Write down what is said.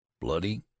bloody